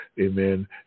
amen